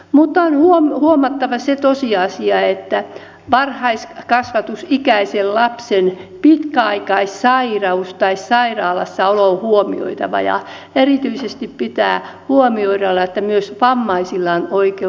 on huomattava se tosiasia että varhaiskasvatusikäisen lapsen pitkäaikaissairaus tai sairaalassaolo on huomioitava ja erityisesti pitää huomioida että myös vammaisilla on oikeus varhaiskasvatukseen